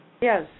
Yes